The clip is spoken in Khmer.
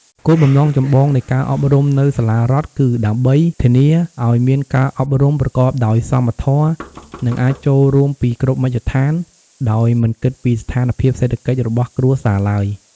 គោលបំណងចម្បងនៃការអប់រំនៅសាលារដ្ឋគឺដើម្បី ធានាឱ្យមានការអប់រំប្រកបដោយសមធម៌ និងអាចចូលរួមពីគ្រប់មជ្ឈដ្ឋាន ដោយមិនគិតពីស្ថានភាពសេដ្ឋកិច្ចរបស់គ្រួសារឡើយ។